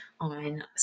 on